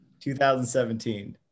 2017